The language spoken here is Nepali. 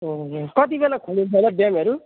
हजुर कति बेला खोलिन्छ होला ड्यामहरू